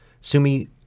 Sumi